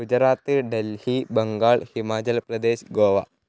Gujarat Delhi Bengal Himachal Pradesh Goa